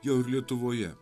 jau ir lietuvoje